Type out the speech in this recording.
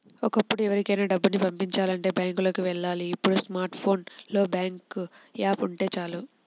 ఒకప్పుడు ఎవరికైనా డబ్బుని పంపిచాలంటే బ్యాంకులకి వెళ్ళాలి ఇప్పుడు స్మార్ట్ ఫోన్ లో బ్యాంకు యాప్ ఉంటే చాలు